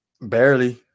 Barely